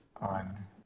on